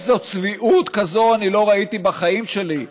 צביעות כזאת אני לא ראיתי בחיים שלי.